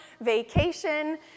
vacation